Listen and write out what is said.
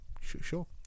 sure